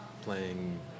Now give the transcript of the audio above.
Playing